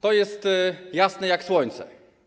To jest jasne jak słońce.